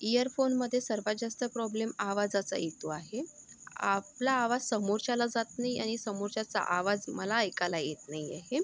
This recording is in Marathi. इयरफोनमध्ये सर्वात जास्त प्रॉब्लेम आवाजाचा येतो आहे आपला आवाज समोरच्याला जात नाही आणि समोरच्याचा आवाज मला ऐकायला येत नाही आहे